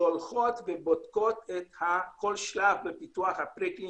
שבודקות כל שלב בפיתוח הפרה-קליני